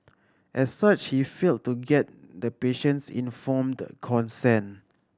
as such he failed to get the patient's informed consent